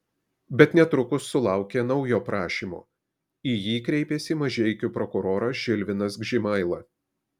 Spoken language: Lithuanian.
bet netrukus sulaukė naujo prašymo į jį kreipėsi mažeikių prokuroras žilvinas gžimaila